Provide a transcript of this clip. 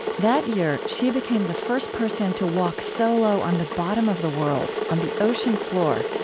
that year, she became the first person to walk solo on the bottom of the world, on the ocean floor,